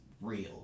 real